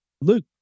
Luke